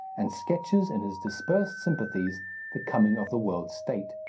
and sketches in his dispersed sympathies the coming of the world-state.